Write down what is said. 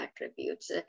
attributes